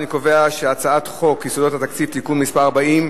אני קובע שהצעת חוק יסודות התקציב (תיקון מס' 40)